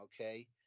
okay